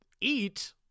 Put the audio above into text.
eat